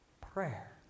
prayer